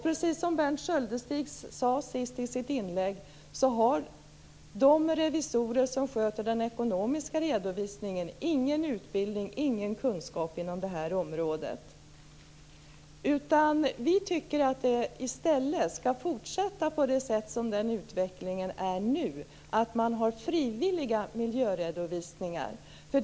Precis som Berndt Sköldestig sade i slutet av sitt inlägg har de revisorer som sköter den ekonomiska redovisningen ingen utbildning eller kunskap inom detta område. Vi tycker i stället att utvecklingen skall fortsätta på nuvarande sätt, nämligen att man har frivilliga miljöredovisningar.